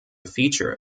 feature